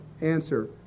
Answer